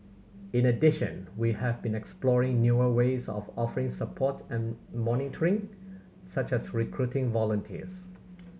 in addition we have been exploring newer ways of offering support and monitoring such as recruiting volunteers